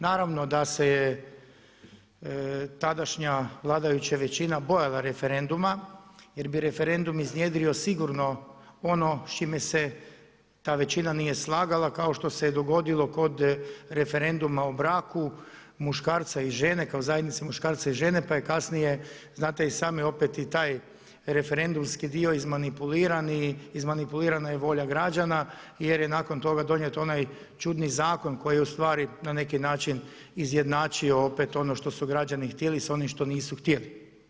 Naravno da se je tadašnja vladajuća većina bojala referenduma jer bi referendum iznjedrio sigurno ono s čime se ta većina nije slagala kao što se dogodilo kod referenduma o braku muškarca i žene kao zajednice muškarca i žene pa je kasnije znate i sami opet i taj referendumski dio izmanipuliran i izmanipulirana je volja građana jer je nakon toga donijet onaj čudni zakon koji je ustvari na neki način izjednačio opet ono što su građani htjeli s onim što nisu htjeli.